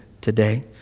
today